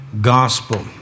gospel